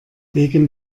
wegen